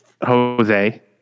Jose